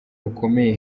bukomeye